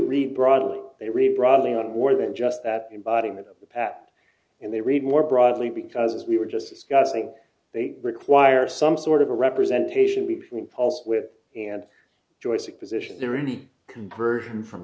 read broadly they re broadly on more than just that embodiment of the past and they read more broadly because we were just discussing they require some sort of a representation between pulse with and joystick position is there any conversion from